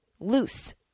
loose